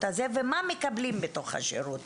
ומספר מינימום של תושבים,